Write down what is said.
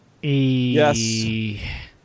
Yes